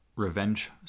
revenge